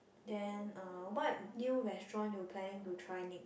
then uh what new restaurant you planning to try next